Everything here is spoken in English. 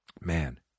man